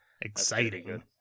Exciting